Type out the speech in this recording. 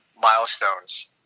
milestones